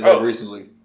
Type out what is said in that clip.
recently